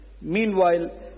Meanwhile